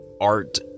art